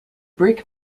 brick